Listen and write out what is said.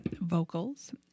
vocals